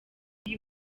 iyi